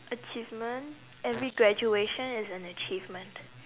achievement every graduation is an achievement